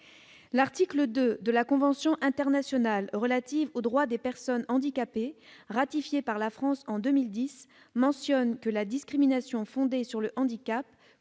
L'article 2 de la convention internationale relative aux droits des personnes handicapées, la CIDPH, ratifiée par la France en 2010, mentionne :« La discrimination fondée sur le handicap